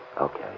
Okay